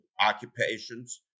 occupations